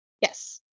Yes